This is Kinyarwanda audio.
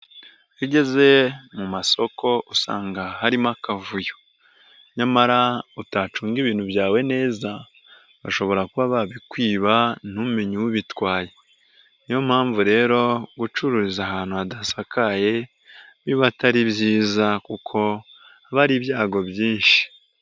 Iyo ugeze mu masoko usanga harimo akavuyo, nyamara utacunga ibintu byawe neza bashobora kuba babikwiba ntumenye ubitwaye, niyo mpamvu rero gucururiza ahantu hadasakaye biba atari byiza kuko haba hari ibyago byinshi.